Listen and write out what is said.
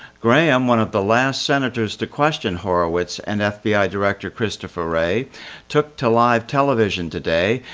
graham, one of the last senators to question horowitz and fbi director christopher wray took to live television today,